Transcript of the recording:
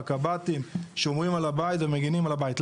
הקב"טים שומרים על הבית ומגנים על הבית.